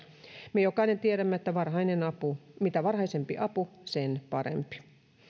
me jokainen tiedämme että mitä varhaisempi apu sen parempi